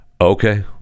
Okay